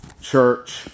church